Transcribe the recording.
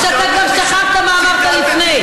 או שאתה כבר שכחת מה אמרת לפני?